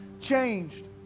Changed